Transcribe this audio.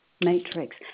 matrix